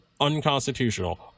unconstitutional